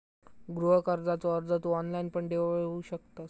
गृह कर्जाचो अर्ज तू ऑनलाईण पण देऊ शकतंस